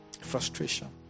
Frustration